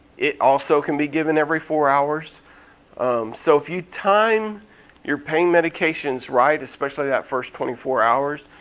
it also can be given every four hours so if you time your pain medications right, especially that first twenty four hours,